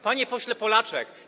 Panie Pośle Polaczek!